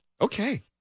Okay